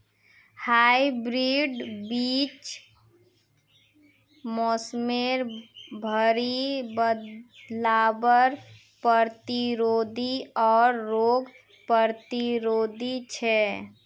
hybrid बीज मोसमेर भरी बदलावर प्रतिरोधी आर रोग प्रतिरोधी छे